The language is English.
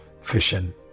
fishing